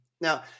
Now